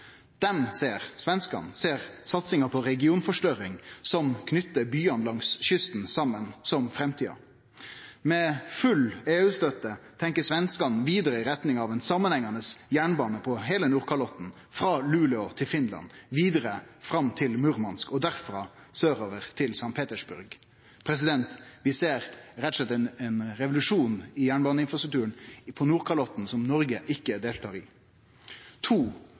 Svenskane ser satsinga på «regionforstørring», som knyter byane langs kysten saman, som framtida. Med full EU-støtte tenkjer svenskane vidare i retning av ein samanhengande jernbane på heile Nordkalotten, frå Luleå til Finland, vidare fram til Murmansk og derfrå sørover til St. Petersburg. Vi ser rett og slett ein revolusjon i jernbaneinfrastrukturen på Nordkalotten som Noreg ikkje deltar i.